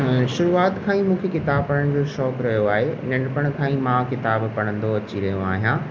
शुरूआत खां ई मूंखे किताबु पढ़ण जो शौक़ु रहियो आहे नंढपण खां ई मां किताबु पढ़ंदो अची रहियो आहियां